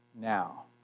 now